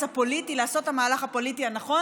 הפוליטי לעשות את המהלך הפוליטי הנכון,